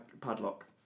padlock